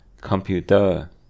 Computer